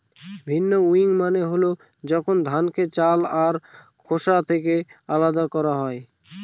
ভিন্নউইং মানে হল যখন ধানকে চাল আর খোসা থেকে আলাদা করা হয়